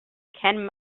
ken